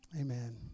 Amen